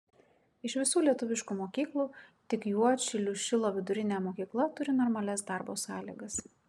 iš visų lietuviškų mokyklų tik juodšilių šilo vidurinė mokykla turi normalias darbo sąlygas